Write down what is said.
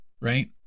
right